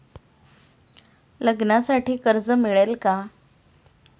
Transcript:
लग्नासाठी कर्ज मिळेल का?